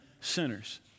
sinners